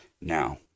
Now